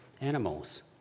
animals